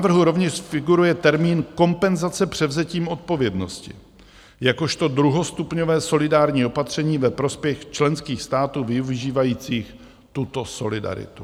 V návrhu rovněž figuruje termín kompenzace převzetím odpovědnosti jakožto druhostupňové solidární opatření ve prospěch členských států využívajících tuto solidaritu.